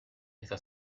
esa